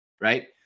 Right